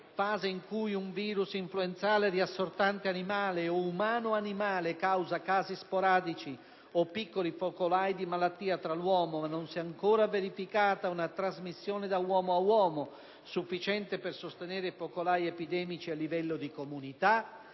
(fase in cui un virus influenzale riassortante animale o umano-animale causa casi sporadici o piccoli focolai di malattia tra l'uomo, ma non si è ancora verificata una trasmissione da uomo a uomo sufficiente per sostenere focolai epidemici a livello di comunità)